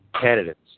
candidates